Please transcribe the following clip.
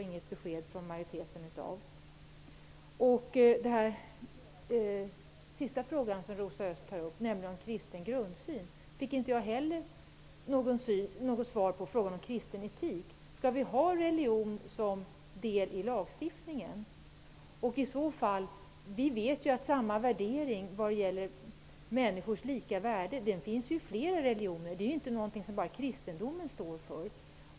Inte heller fick jag något svar när det gällde kristen etik och kristen grundsyn, den sista fråga som Rosa Östh tog upp. Skall religion ingå som en del i lagstiftningen? Vad gäller människors lika värde återfinns samma värdering i flera religioner. Den omfattas inte bara av kristendomen.